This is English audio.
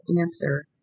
answer